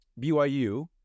BYU